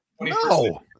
No